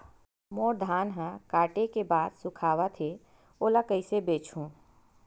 मोर धान ह काटे के बाद सुखावत हे ओला कइसे बेचहु?